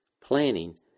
planning